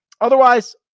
Otherwise